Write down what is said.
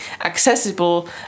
accessible